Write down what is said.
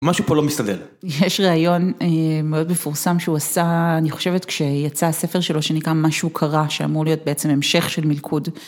משהו פה לא מסתדר. - יש ריאיון מאוד מפורסם שהוא עשה, אני חושבת כשיצא הספר שלו שנקרא ״משהו קרה״, שאמור להיות בעצם המשך של ״מלכוד״.